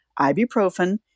ibuprofen